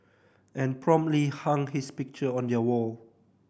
and promptly hung his picture on their wall